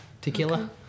tequila